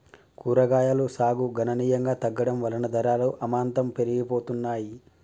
కూరగాయలు సాగు గణనీయంగా తగ్గడం వలన ధరలు అమాంతం పెరిగిపోతున్నాయి